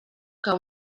que